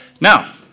Now